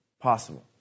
possible